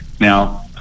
Now